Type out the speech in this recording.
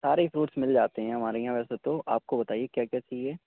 سارے ہی فروٹس مل جاتے ہیں ہمارے یہاں ویسے تو آپ کو بتائیے کیا کیا چاہیے